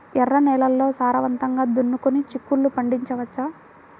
ఎర్ర నేలల్లో సారవంతంగా దున్నుకొని చిక్కుళ్ళు పండించవచ్చు